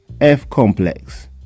f-complex